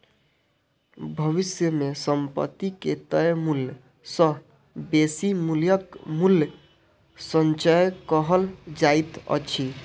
भविष्य मे संपत्ति के तय मूल्य सॅ बेसी मूल्यक मूल्य संचय कहल जाइत अछि